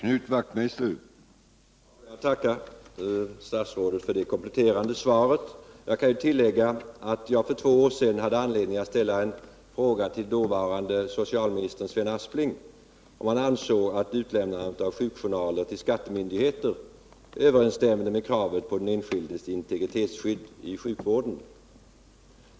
Herr talman! Jag tackar statsrådet för det kompletterande svaret. Jag kan tillägga att jag för två år sedan hade anledning att ställa en fråga till dåvarande socialminister Sven Aspling, om han ansåg att utlämnande av sjukjournaler till skattemyndighet överensstämde med kravet på den enskildes integritetsskydd i sjukvården.